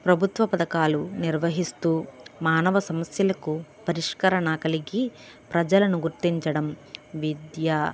ప్రభుత్వ పథకాలు నిర్వహిస్తూ మానవ సమస్యలకు పరిష్కరణ కలిగి ప్రజలను గుర్తించడం విద్య